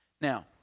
Now